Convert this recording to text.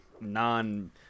non-